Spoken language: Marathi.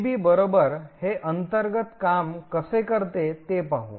जीडीबी बरोबर हे अंतर्गत काम कसे करते ते पाहू